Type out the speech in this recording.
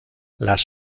las